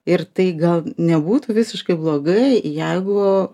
ir tai gal nebūtų visiškai blogai jeigu